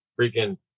freaking